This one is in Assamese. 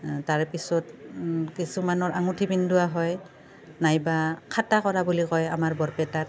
তাৰে পিছত কিছুমানৰ আঙুঠি পিন্ধোৱা হয় নাইবা খাতা কৰা বুলি কয় আমাৰ বৰপেটাত